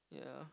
yeah